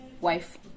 wife